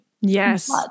Yes